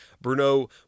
Bruno